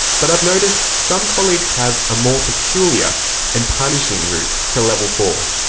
but i've noticed some colleagues have a more peculiar and punishing routes to level four.